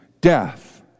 death